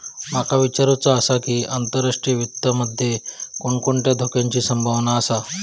माका विचारुचा आसा की, आंतरराष्ट्रीय वित्त मध्ये कोणकोणत्या धोक्याची संभावना आसा?